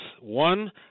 One